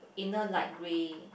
inner light grey